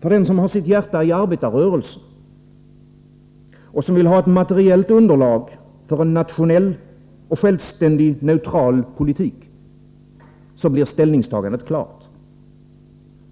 För den som har sitt hjärta i arbetarrörelsen och som vill ha ett materiellt underlag för en nationell, självständig och neutral politik blir ställningstagandet klart.